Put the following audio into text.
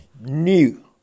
new